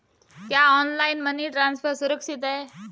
क्या online money transfer सुरक्षित है?